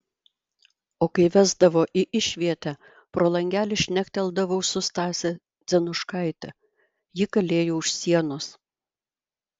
o kai vesdavo į išvietę pro langelį šnekteldavau su stase dzenuškaite ji kalėjo už sienos